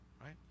Right